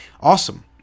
awesome